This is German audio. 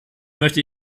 möchte